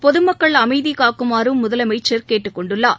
பொதுமக்கள் அமைதி காக்குமாறும் முதலமைச்சர் கேட்டுக் கொண்டுள்ளார்